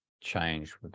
change